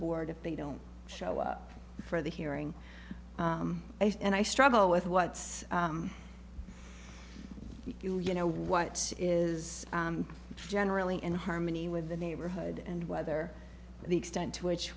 board if they don't show up for the hearing and i struggle with what's you know what is generally in harmony with the neighborhood and whether the extent to which